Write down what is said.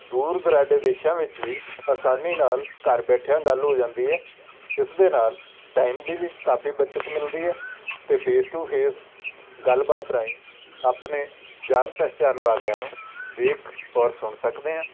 ਦੂਰ ਦੁਰਾਡੇ ਦੇਸ਼ਾਂ ਵਿੱਚ ਵੀ ਆਸਾਨੀ ਨਾਲ ਘਰ ਬੈਠਿਆਂ ਗੱਲ ਹੋ ਜਾਂਦੀ ਹੈ ਇਸ ਦੇ ਨਾਲ ਟਾਈਮ ਦੀ ਵੀ ਕਾਫੀ ਬੱਚਤ ਮਿਲਦੀ ਹੈ ਅਤੇ ਫੇਸ ਟੂ ਫੇਸ ਗੱਲਬਾਤ ਰਾਹੀਂ ਆਪਣੇ ਜਾਣ ਪਹਿਚਾਣ ਵਾਲਿਆਂ ਨੂੰ ਦੇਖ ਔਰ ਸੁਣ ਸਕਦੇ ਹੈ